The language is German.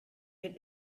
den